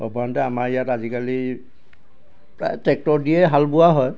সৰ্বসাধাৰণতে আমাৰ ইয়াত আজিকালি প্ৰায় ট্ৰেক্টৰ দিয়ে হাল বোৱা হয়